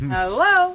Hello